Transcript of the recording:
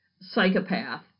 psychopath